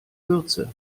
würze